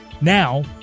now